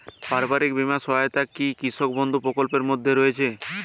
পারিবারিক বীমা সহায়তা কি কৃষক বন্ধু প্রকল্পের মধ্যে রয়েছে?